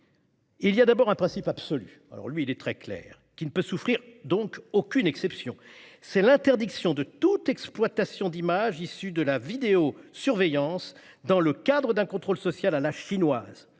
Il y a d'abord un principe absolu, très clair, qui ne peut donc souffrir aucune exception : il s'agit de l'interdiction de toute exploitation d'images issues de la vidéosurveillance dans le cadre d'un contrôle social à la chinoise,